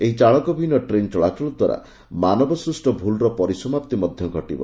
ଏହି ଚାଳକବିହୀନ ଟ୍ରେନ୍ ଚଳାଚଳ ଦ୍ୱାରା ମାନବସ୍କୃଷ୍ଟ ଭୁଲ୍ର ପରିସମାପ୍ତି ମଧ୍ୟ ଘଟିବ